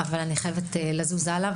אבל אני חייבת להמשיך הלאה.